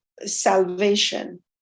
salvation